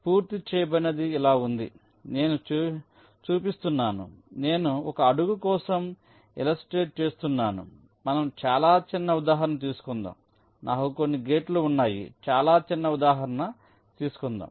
కాబట్టి పూర్తి చేయబడినది ఇలా ఉంది నేను చూపిస్తున్నాను నేను ఒక అడుగు కోసం ఇలస్ట్రేట్ చేస్తున్నాను మనం చాలా చిన్న ఉదాహరణ తీసుకుందాం నాకు కొన్ని గేట్లు ఉన్నాయి చాలా చిన్న ఉదాహరణ తీసుకుందాం